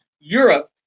Europe